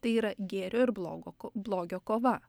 tai yra gėrio ir blogo blogio kova